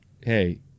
hey